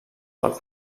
del